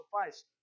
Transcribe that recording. suffice